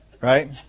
Right